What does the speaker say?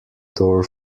door